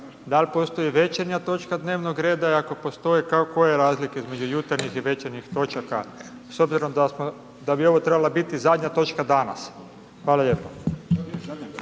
dal' postoji večernja točka dnevnog reda i ako postoji, koja je razlika između jutarnjih i večernjih točaka s obzirom da bi ovo trebala biti zadnja točka danas? Hvala lijepo.